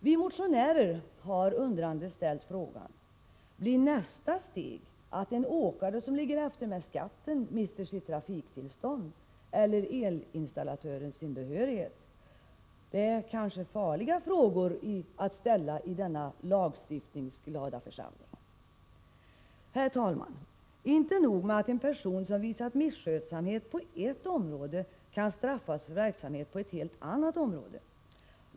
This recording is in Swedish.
Vi motionärer har undrande ställt frågan: Blir nästa steg att en åkare som ligger efter med skatten mister sitt trafiktillstånd, eller elinstallatören sin behörighet? Det är kanske farliga frågor att ställa i denna lagstiftningsglada församling. Herr talman! Inte nog med att en person som visat misskötsamhet på ett område kan straffas för verksamhet på ett helt annat område.